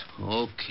Okay